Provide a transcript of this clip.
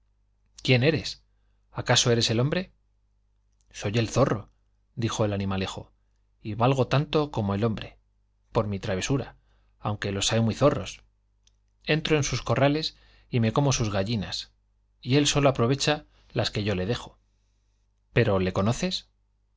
robusto eres acaso eres el hombre quién soy el zorro elijo el animalejo y valgo tanto como el hombre por mi travesura aunque los en sus corrales y me como sus hay muy zorros entro y él sólo aprovecha las que yo le dejo gallinas pero le conoces